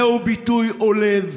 זהו ביטוי עולב,